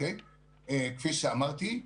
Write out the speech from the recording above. כפי שאמרתי,